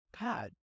God